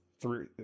three